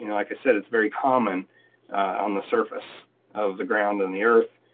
you know like i said, it's very common on the surface of the ground and the earth.